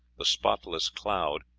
the spotless cloud,